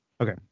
Okay